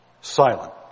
silent